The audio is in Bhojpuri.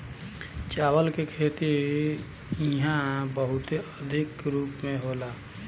चावल के खेती इहा बहुते अधिका रूप में होला